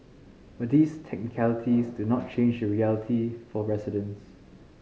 but these technicalities do not change the reality for residents